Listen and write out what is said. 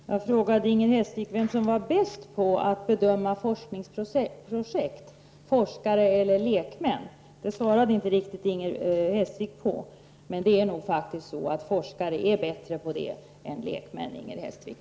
Fru talman! Jag frågade Inger Hestvik vem som var bäst på att bedöma forskningsprojekt, forskare eller lekmän. Det svarade inte Inger Hestvik på, men det är nog faktiskt så att forskare är bättre på det än lekmän, Inger Hestvik.